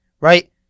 right